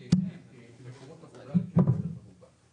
כי אתה פתאום יכול לזהות את עצמך בגלל משהו קטן שמשתנה.